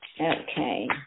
Okay